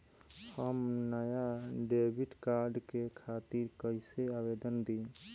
हम नया debit card के खातिर कइसे आवेदन दीं?